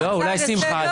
שמחה,